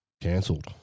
Cancelled